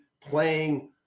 playing